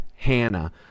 Hannah